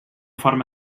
forma